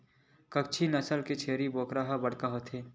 कच्छी नसल के छेरी बोकरा ह बड़का होथे